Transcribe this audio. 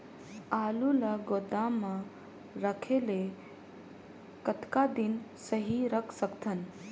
आलू ल गोदाम म रखे ले कतका दिन सही रख सकथन?